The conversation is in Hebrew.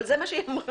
אבל זה מה שהיא אמרה.